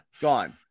Gone